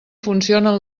funcionen